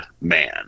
man